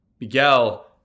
Miguel